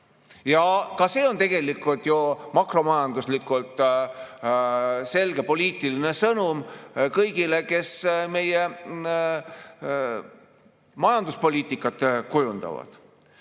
Ka see on tegelikult ju makromajanduslikult selge poliitiline sõnum kõigile, kes meie majanduspoliitikat kujundavad.